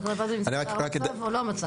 רק לא הבנתי אם זה המצב או לא המצב.